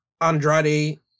Andrade